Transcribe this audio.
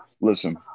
Listen